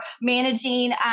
managing